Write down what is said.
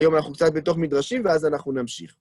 היום אנחנו קצת בתוך מדרשים, ואז אנחנו נמשיך.